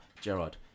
Gerard